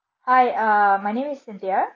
hi uh my name is cynthia